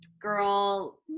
girl